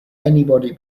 anybody